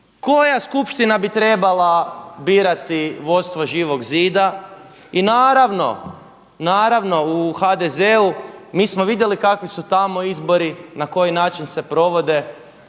koja skupština bi trebala birati vodstvo Živoga zida. I naravno u HDZ-u mi smo vidjeli kakvi su tamo izbori, na koji način se provode,